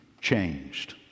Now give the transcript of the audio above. changed